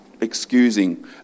excusing